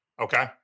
Okay